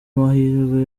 mahirwe